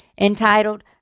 entitled